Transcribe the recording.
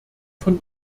von